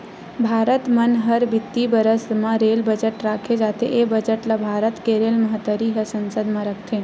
भारत म हर बित्तीय बरस म रेल बजट राखे जाथे ए बजट ल भारत के रेल मंतरी ह संसद म रखथे